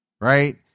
right